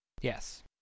Yes